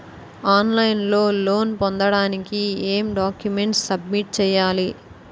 On line లో loan పొందటానికి ఎం డాక్యుమెంట్స్ సబ్మిట్ చేయాలి?